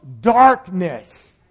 darkness